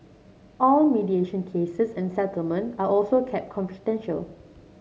all mediation cases and settlement are also kept confidential